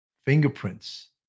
Fingerprints